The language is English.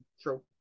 true